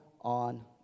on